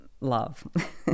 love